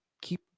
keep